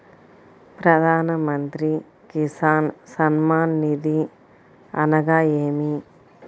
ప్రధాన మంత్రి కిసాన్ సన్మాన్ నిధి అనగా ఏమి?